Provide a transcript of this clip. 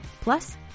Plus